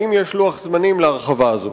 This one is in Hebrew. והאם יש לוח זמנים להרחבה הזאת?